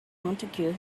montague